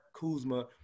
Kuzma